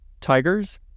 Tigers